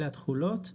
אלה התחולות.